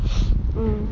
mm